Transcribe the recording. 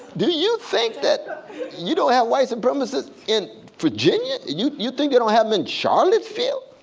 do you think that you don't have white supremacists in virginia? you you think you don't have them in charlottesville?